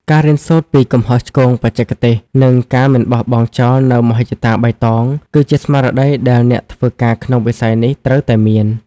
ការរៀនសូត្រពីកំហុសឆ្គងបច្ចេកទេស និងការមិនបោះបង់ចោលនូវមហិច្ឆតាបៃតង គឺជាស្មារតីដែលអ្នកធ្វើការក្នុងវិស័យនេះត្រូវតែមាន។